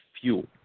fuel